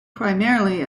primarily